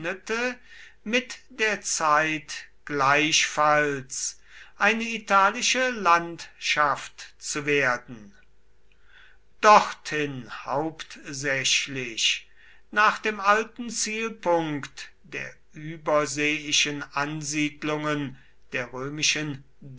mit der zeit gleichfalls eine italische landschaft zu werden dorthin hauptsächlich nach dem alten zielpunkt der überseeischen ansiedlungen der römischen